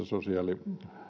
sosiaali